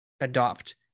adopt